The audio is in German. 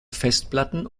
festplatten